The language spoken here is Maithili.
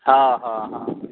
हॅं हॅं हॅं